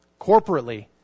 Corporately